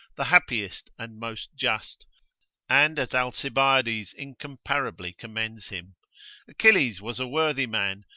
the happiest, and most just and as alcibiades incomparably commends him achilles was a worthy man,